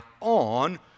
on